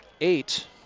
eight